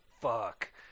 fuck